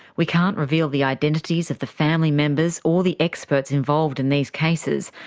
we can't reveal the identities of the family members or the experts involved in these cases,